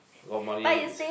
you got money is